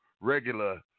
regular